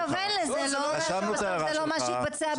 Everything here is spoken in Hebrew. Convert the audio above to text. אתה אומר שאתה לא מתכוון לזה זה לא אומר שזה לא מה שיתבצע בפועל.